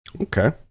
Okay